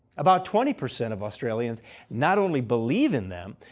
about twenty percent of australians not only believe in them,